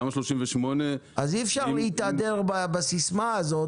אז אי אפשר להתהדר בסיסמה הזאת,